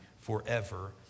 forever